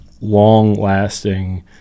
long-lasting